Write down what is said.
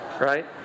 right